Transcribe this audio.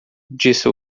disse